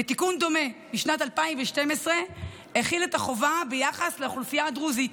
ותיקון דומה משנת 2012 החיל את החובה ביחס לאוכלוסייה הדרוזית.